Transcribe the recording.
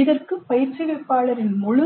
இதற்கு பயிற்றுவிப்பாளர் முழு